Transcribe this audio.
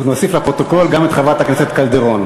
נוסיף לפרוטוקול גם את חברת הכנסת קלדרון,